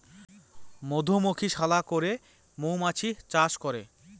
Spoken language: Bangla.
মধুমক্ষিশালা করে মৌমাছি চাষ করে